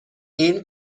این